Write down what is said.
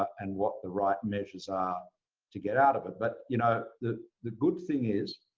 and what the right measures are to get out of it. but you know the the good thing is